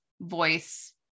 voice